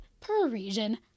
Parisian